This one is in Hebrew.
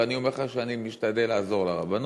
ואני אומר לך שאני משתדל לעזור לרבנות,